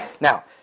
now